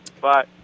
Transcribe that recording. Bye